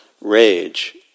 rage